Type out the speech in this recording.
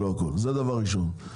זה דבר ראשון.